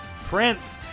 Prince